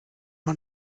man